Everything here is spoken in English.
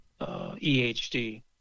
EHD